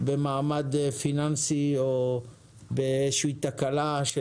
במעמד פיננסי או באיזושהי תקלה של